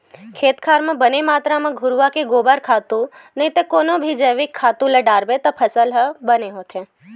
खेत खार म बने मातरा म घुरूवा के गोबर खातू नइते कोनो भी जइविक खातू डारबे त फसल ह बने होथे